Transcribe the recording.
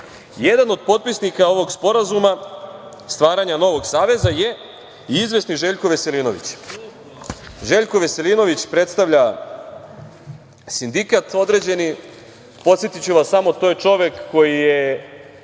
način. Jedan od potpisnika ovog sporazuma stvaranja novog saveza je i izvesni Željko Veselinović. Željko Veselinović predstavlja sindikat određeni. Podsetiću vas samo da je to čovek koji je